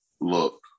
look